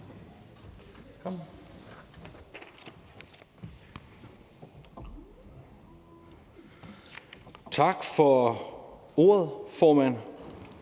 (S): Tak for ordet, formand.